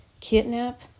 Kidnap